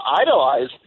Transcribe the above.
idolize